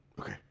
Okay